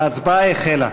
ההצבעה החלה.